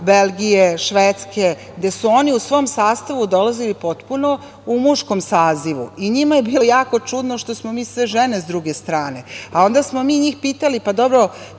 Belgije, Švedske, gde su oni u svom sastavu dolazili potpuno u muškom sazivu. I njima je bilo jako čudno što smo mi sve žene sa druge strane. A onda smo mi njih pitali – pa, dobro,